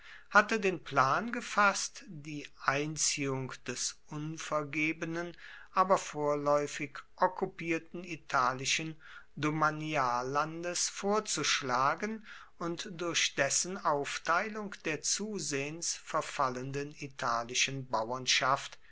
hatte den plan gefaßt die einziehung des unvergebenen aber vorläufig okkupierten italischen domaniallandes vorzuschlagen und durch dessen aufteilung der zusehends verfallenden italischen bauernschaft